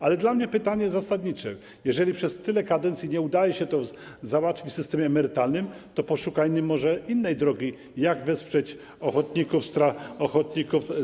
Ale dla mnie pytanie zasadnicze: Jeżeli przez tyle kadencji nie udaje się tego załatwić w systemie emerytalnym, to poszukajmy może innej drogi, jak wesprzeć strażaków ochotników.